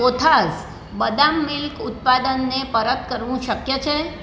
કોથાઝ બદામ મિલ્ક ઉત્પાદનને પરત કરવું શક્ય છે